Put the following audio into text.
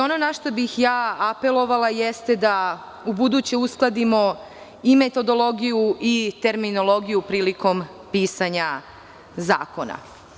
Ono na šta bih ja apelovala jeste da u buduće uskladimo i metodologiju i terminologiju prilikom pisanja zakona.